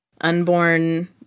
unborn